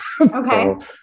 Okay